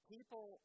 People